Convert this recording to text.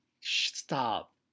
stop